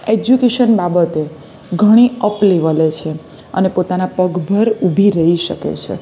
education બાબતે ઘણી up લેવલે છે અને પોતાના પગભર ઊભી રહી શકે છે